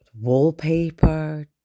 wallpaper